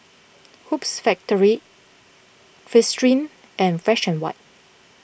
Hoops Factory Fristine and Fresh and White